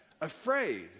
Afraid